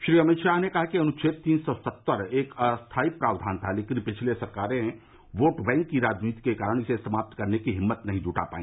श्री अमित शाह ने कहा कि अनुच्छेद तीन सौ सत्तर एक अस्थाई प्रावधान था लेकिन पिछली सरकारें वोट बैंक की राजनीति के कारण इसे समाप्त करने की हिम्मत नहीं जुटा पाई